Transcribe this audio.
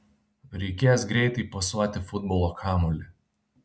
reikės greitai pasuoti futbolo kamuolį